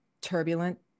turbulent